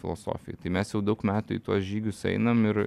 filosofijai tai mes jau daug metų į tuos žygius einam ir